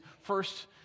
first